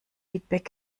feedback